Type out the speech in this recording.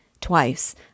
Twice